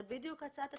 זה בדיוק הצעת התקנות.